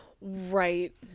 right